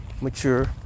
mature